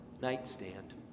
nightstand